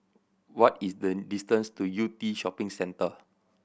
what is the distance to Yew Tee Shopping Centre